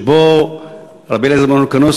שבו רבי אליעזר בן הורקנוס,